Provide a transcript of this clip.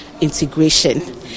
integration